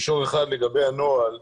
מישור אחד לגבי הנוהל.